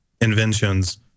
inventions